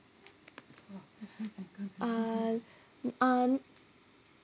uh uh